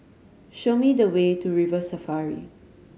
show me the way to River Safari